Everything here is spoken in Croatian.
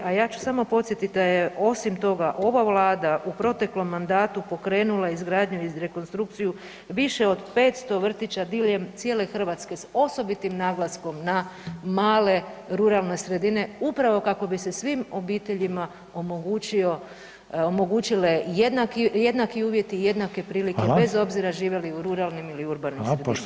A ja ću samo podsjetiti da je osim toga ova Vlada u proteklom mandatu pokrenula izgradnju i rekonstrukciju više od 500 vrtića diljem cijele Hrvatske s osobitim naglaskom na male ruralne sredine upravo kako bi se svim obiteljima omogućili jednaki uvjeti i jednake prilike bez obzira žive li u ruralnim ili urbanim sredinama.